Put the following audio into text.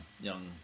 young